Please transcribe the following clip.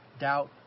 doubt